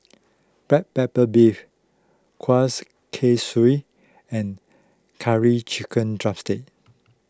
Black Pepper Beef Kuih Kaswi and Curry Chicken Drumstick